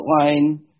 outline